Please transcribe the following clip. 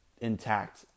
intact